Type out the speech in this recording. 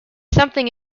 something